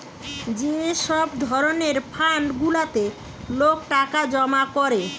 যে সব ধরণের ফান্ড গুলাতে লোক টাকা জমা করে